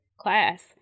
class